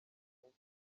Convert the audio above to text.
bumva